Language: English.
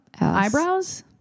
eyebrows